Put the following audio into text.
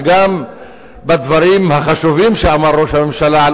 וגם בדברים החשובים שאמר ראש הממשלה על